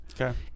okay